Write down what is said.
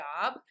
job